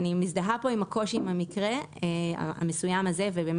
אני מזדהה עם הקושי במקרה המסוים הזה ועם